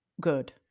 good